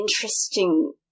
interesting